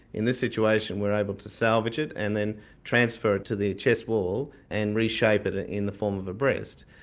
in this situation we are able to salvage it and then transfer it to the chest wall and reshape it ah in the form of a breast.